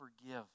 forgive